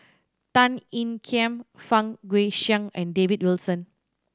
Tan Ean Kiam Fang Guixiang and David Wilson